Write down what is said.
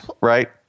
Right